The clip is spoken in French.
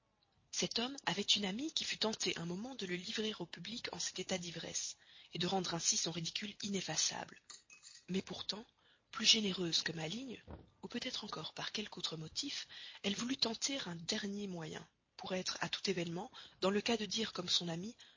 cet homme avait une amie qui fut tentée un moment de le livrer au public en cet état d'ivresse de rendre ainsi son ridicule ineffaçable mais pourtant plus généreuse que maligne ou peut-être encore par quelque autre motif elle voulut tenter un dernier moyen pour être à tout événement dans le cas de dire comme son ami